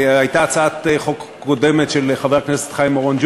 הייתה הצעת חוק קודמת של חבר הכנסת חיים אורון,